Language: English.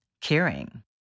Caring